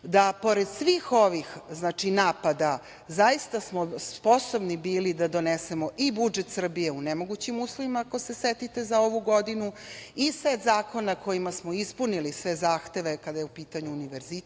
smo pored svih ovih napada zaista sposobni bili da donesemo i budžet Srbije u nemogućim uslovima, ako se setite, za ovu godinu i set zakona kojima smo ispunili sve zahteve kada je u pitanju univerzitet,